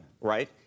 right